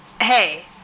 hey